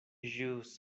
ĵus